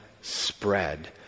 spread